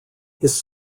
his